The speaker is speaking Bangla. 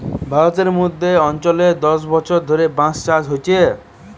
ভারতের মধ্য অঞ্চলে দশ বছর ধরে বাঁশ চাষ হচ্ছে